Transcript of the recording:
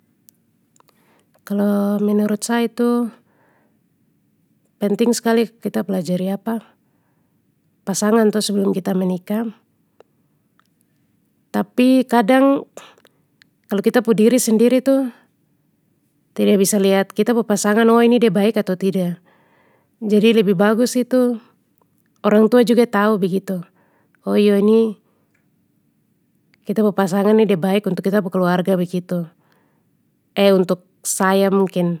Kalo menurut sa itu, penting skali kita pelajari pasangan to sebelum kita menikah. Tapi, kadang kalo kita pu diri sendiri tu, tida bisa lihat kita pu pasangan oh ini de baik ato tida, jadi lebih bagus itu, orang tua juga tahu begitu, oh iyo ini kita pu pasangan ini de baik untuk kita pu keluarga begitu untuk saya mungkin.